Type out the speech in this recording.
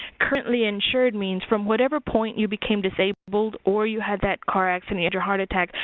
currently insured means from whatever point you became disabled or you had that car accident, your heart attack,